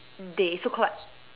they so called like